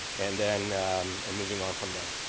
and then and moving on from there.